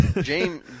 James